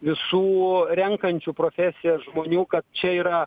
visų renkančių profesiją žmonių kad čia yra